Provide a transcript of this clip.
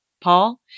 Paul